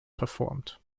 performed